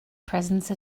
presence